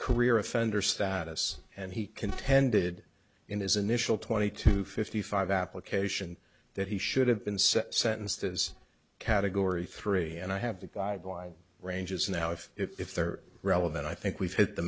career offender status and he contended in his initial twenty to fifty five application that he should have been set sentenced as a category three and i have the guideline ranges now if if they're relevant i think we've hit the